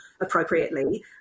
appropriately